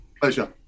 Pleasure